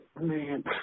man